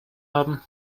haben